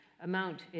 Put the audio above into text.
amount